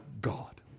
God